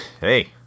Hey